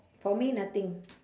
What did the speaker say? for me nothing